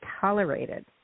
tolerated